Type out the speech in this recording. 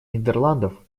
нидерландов